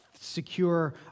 secure